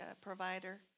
provider